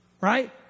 Right